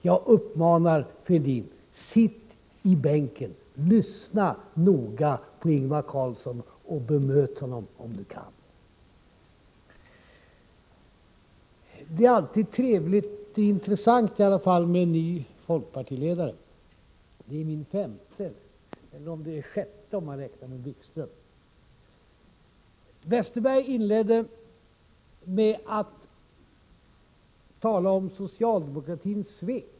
Jag uppmanar Fälldin: Sitt i bänken, lyssna noga på Ingvar Carlsson och bemöt honom om ni kan! Det är alltid trevligt — i alla fall intressant — med en ny folkpartiledare. Det är min femte, eller sjätte om man räknar med Wikström. Westerberg inledde med att tala om socialdemokratins svek.